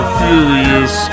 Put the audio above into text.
furious